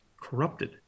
corrupted